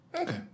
Okay